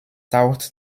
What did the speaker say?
taucht